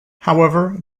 however